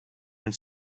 and